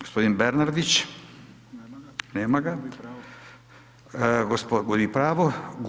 Gospodin Bernardić, nema ga, gubi pravo.